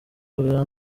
bwa